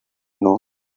know